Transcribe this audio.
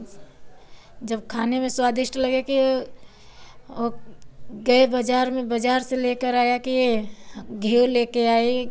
जब खाने में स्वादिष्ट लगे के वह गए बाज़ार में बाज़ार से लेकर आया कि घी ले कर आई